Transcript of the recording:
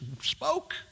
spoke